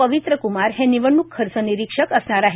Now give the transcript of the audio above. पवित्र कुमार हे निवडणूक खर्च निरीक्षक असणार आहेत